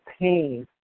pain